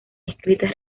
escritas